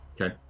Okay